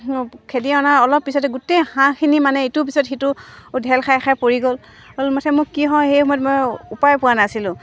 খেদি অনাৰ অলপ পিছতে গোটেই হাঁহখিনি মানে ইটো পিছত সিটো ঢেল খাই খাই পৰি গ'ল মুঠতে মোৰ কি হ'ল সেই সময়ত মই উপায় পোৱা নাছিলোঁ